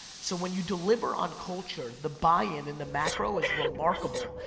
so when you deliver on culture, the buy-in in the macro is remarkable.